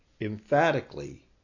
emphatically